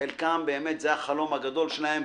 חלקם זה החלום הגדול שלהם.